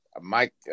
Mike